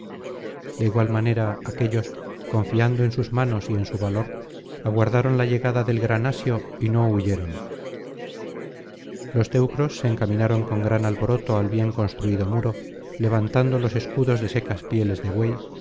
de igual manera aquéllos confiando en sus manos y en su valor aguardaron la llegada del gran asió y no huyeron los teucros se encaminaron con gran alboroto al bien construido muro levantando los escudos de secas pieles de buey